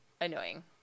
annoying